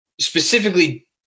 specifically